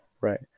right